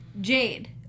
Jade